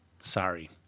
Sorry